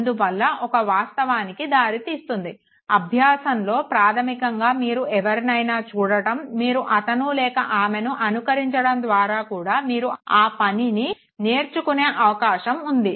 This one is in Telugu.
అందువల్ల ఒక వాస్తవానికి దారి తీస్తుంది అభ్యాసంలో ప్రాధమికంగా మీరు ఎవరినైనా చూడడం మీరు అతను లేక ఆమెని అనుకరించడం ద్వారా కూడా మీరు ఆ పనిని నేర్చుకొనే అవకాశం ఉంది